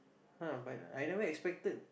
!huh! but I never expected